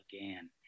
again